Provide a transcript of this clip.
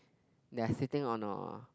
they are sitting on a